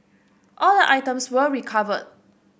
all the items were recovered